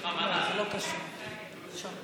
שלנו חזק יותר מגחמותיו של איש אחד.